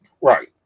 right